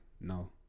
No